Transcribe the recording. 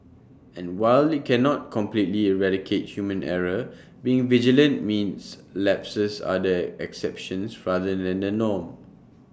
and while IT cannot completely eradicate human error being vigilant means lapses are the exceptions rather than the norm